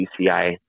UCI